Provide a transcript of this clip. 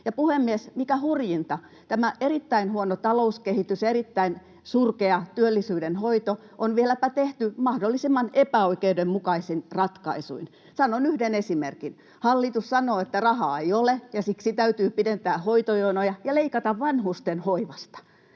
Puhemies! Mikä hurjinta, tämä erittäin huono talouskehitys ja erittäin surkea työllisyyden hoito on vieläpä tehty mahdollisimman epäoikeudenmukaisin ratkaisuin. Sanon yhden esimerkin: Hallitus sanoo, että rahaa ei ole, ja siksi täytyy pidentää hoitojonoja ja leikata vanhustenhoivasta.